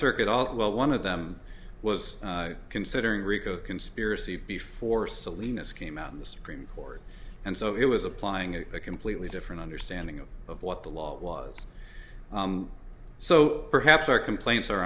circuit all well one of them was considering rico conspiracy before salinas came out in the supreme court and so it was applying a completely different understanding of what the law was so perhaps our complaints